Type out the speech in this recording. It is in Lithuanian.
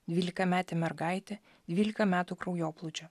dvylikametė mergaitė dvylika metų kraujoplūdžio